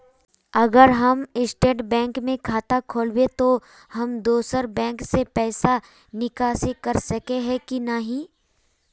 अगर हम State Bank में खाता खोलबे तो हम दोसर बैंक से पैसा निकासी कर सके ही की नहीं?